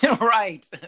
Right